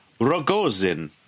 Rogozin